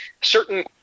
certain